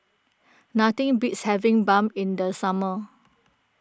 nothing beats having Bun in the summer